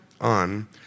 on